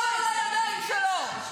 דם על הידיים שלו.